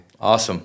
Awesome